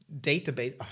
database